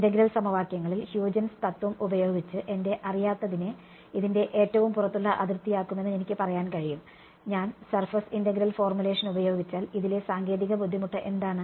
integral സമവാക്യങ്ങളിൽ Huygens തത്വം ഉപയോഗിച്ച് എന്റെ അറിയാത്തതിനെ ഇതിന്റെ ഏറ്റവും പുറത്തുള്ള അതിർത്തിയാക്കുമെന്ന് എനിക്ക് പറയാൻ കഴിയും ഞാൻ സർഫസ് ഇന്റഗ്രൽ ഫോർമുലേഷൻ ഉപയോഗിച്ചാൽ ഇതിലെ സാങ്കേതിക ബുദ്ധിമുട്ട് എന്താണ്